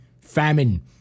famine